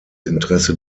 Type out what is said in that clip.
interesse